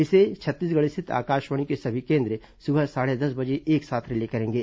इसे छत्तीसगढ़ स्थित आकाशवाणी के सभी केन्द्र सुबह साढ़े दस बजे एक साथ रिले करेंगे